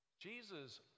Jesus